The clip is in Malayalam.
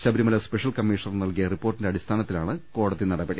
ശബരിമല സ്പെഷ്യൽ കമ്മീഷണർ നൽകിയ റിപ്പോർട്ടിന്റെ അടി സ്ഥാനത്തിലാണ് കോടതി നടപടി